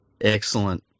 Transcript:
Excellent